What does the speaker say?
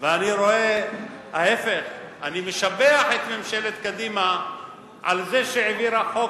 ואני רואה ההיפך: אני משבח את ממשלת קדימה על זה שהעבירה חוק